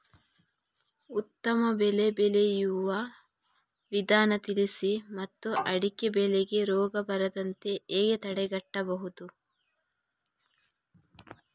ಉತ್ತಮ ಬೆಳೆ ಬೆಳೆಯುವ ವಿಧಾನ ತಿಳಿಸಿ ಮತ್ತು ಅಡಿಕೆ ಬೆಳೆಗೆ ರೋಗ ಬರದಂತೆ ಹೇಗೆ ತಡೆಗಟ್ಟಬಹುದು?